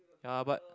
ya but